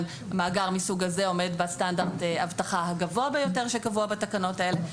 מאגר מסוג זה עומד בסטנדרט האבטחה הגבוה ביותר שקבוע בתקנות האלה.